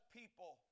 people